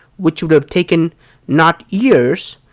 which would have taken not years,